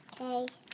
Okay